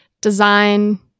design